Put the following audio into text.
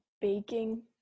Baking